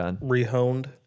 re-honed